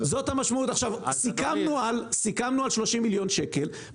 סיכמנו על 30 מיליון שקל,